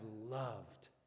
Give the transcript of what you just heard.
loved